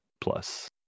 plus